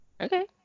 Okay